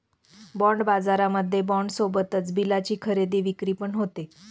bond बाजारामध्ये bond सोबतच बिलाची खरेदी विक्री पण होते